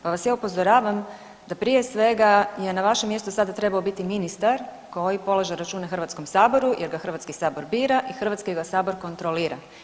Pa vas ja upozoravam da prije svega je na vašem mjestu sada trebao biti ministar koji polaže račune Hrvatskom saboru jer ga Hrvatski sabor bira i Hrvatski ga sabor kontrolira.